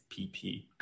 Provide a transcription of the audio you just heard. PP